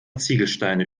ziegelsteine